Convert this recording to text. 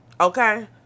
okay